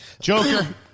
Joker